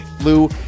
Lou